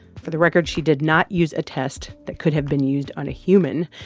for the record, she did not use a test that could have been used on a human,